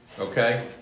Okay